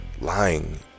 lying